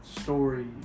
Story